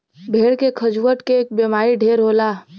भेड़ के खजुहट के बेमारी ढेर होला